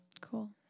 cool